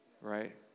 right